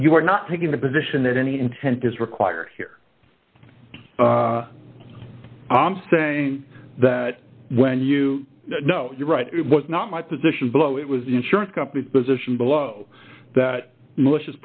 you're not taking the position that any intent is required here i'm saying that when you know you're right it was not my position below it was the insurance company's position below that malicious